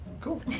Cool